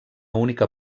única